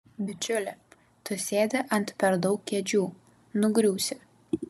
bičiuli tu sėdi ant per daug kėdžių nugriūsi